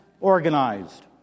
organized